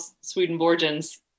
Swedenborgians